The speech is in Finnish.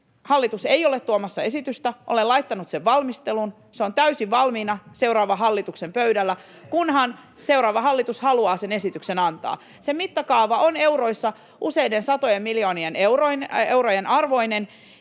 Hallitus ei ole tuomassa esitystä. Olen laittanut sen valmisteluun, se on täysin valmiina seuraavan hallituksen pöydällä, kunhan seuraava hallitus haluaa sen esityksen antaa. Sen mittakaava on euroissa useiden satojen miljoonien eurojen arvoinen